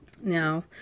Now